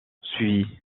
suivie